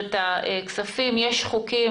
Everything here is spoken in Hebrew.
אני אומרת שיש הרבה.